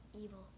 Evil